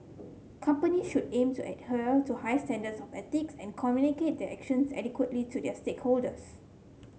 companies should aim to adhere to high standards of ethics and communicate their actions adequately to their stakeholders